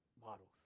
models